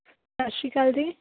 ਸਤਿ ਸ਼੍ਰੀ ਅਕਾਲ ਜੀ